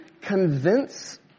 convince